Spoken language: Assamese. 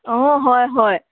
অঁ হয় হয়